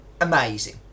Amazing